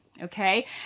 okay